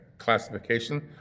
Classification